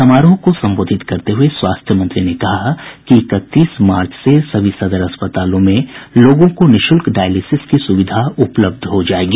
समारोह को संबोधित करते हुए स्वास्थ्य मंत्री ने कहा कि इकतीस मार्च से सभी सदर अस्पतालों में लोगों को निःशुल्क डायलिसिस की सुविधा उपलब्ध हो जायेगी